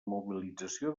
mobilització